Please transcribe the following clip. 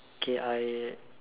okay I